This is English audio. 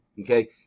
okay